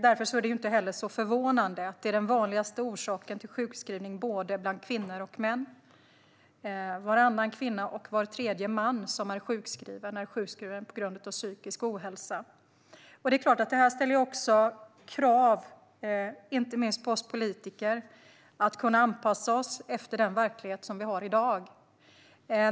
Därför är det inte heller så förvånande att det är den vanligaste orsaken till sjukskrivning bland både kvinnor och män. Varannan kvinna och var tredje man som är sjukskriven är sjukskriven på grund av psykisk ohälsa. Det är klart att det ställer krav, inte minst på oss politiker: att vi ska kunna anpassa oss efter den verklighet som vi har i dag.